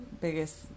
biggest